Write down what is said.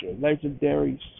legendary